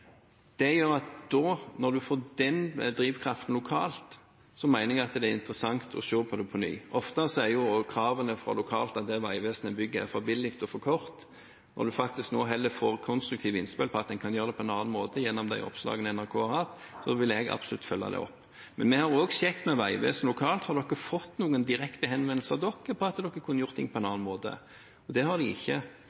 Det gjør at når en får den drivkraften lokalt, mener jeg det er interessant å se på det på nytt. Ofte er også kravene fra de lokale at det Vegvesenet bygger, er for billig og for kort, og når en nå faktisk får konstruktive innspill om at en kan gjøre det på en annen måte, gjennom de oppslagene NRK har hatt, vil jeg absolutt følge det opp. Men vi har også sjekket med Vegvesenet lokalt om de har fått noen direkte henvendelser om hvorvidt de kunne gjort ting på en